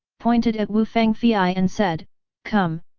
pointed at wu fangfei and said come,